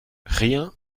rien